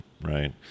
right